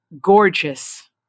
gorgeous